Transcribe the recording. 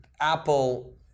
Apple